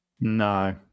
no